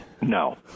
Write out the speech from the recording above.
No